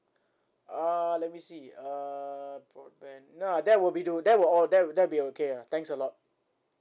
uh let me see uh broadband uh that will be do that will all that'll that'll be okay ah thanks a lot